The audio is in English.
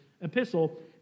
epistle